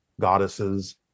goddesses